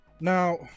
Now